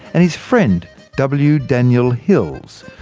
and his friend w. daniel hills.